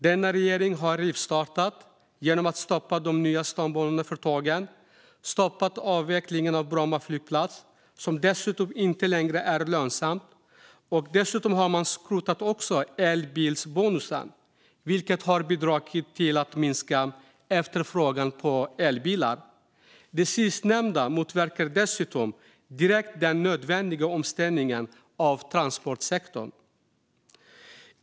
Denna regering har rivstartat genom att stoppa de nya stambanorna för tågen. Man har stoppat avvecklingen av Bromma flygplats, som dessutom inte längre är lönsam. Dessutom har man skrotat elbilsbonusen, vilket har bidragit till att minska efterfrågan på elbilar. Det sistnämnda motverkar dessutom direkt den nödvändiga omställningen av transportsektorn.